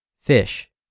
fish